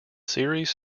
series